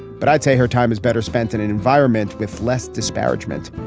but i'd say her time is better spent in an environment with less disparagement.